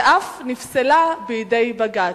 ואף נפסלה בידי בג"ץ.